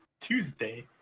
Tuesday